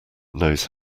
knows